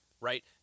right